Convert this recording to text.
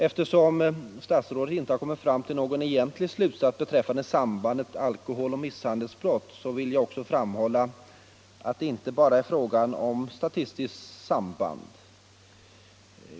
Eftersom statsrådet inte har kommit fram till någon egentlig slutsats beträffande sambandet mellan alkohol och misshandelsbrott, vill jag här framhålla att det inte bara är fråga om ett statistiskt samband.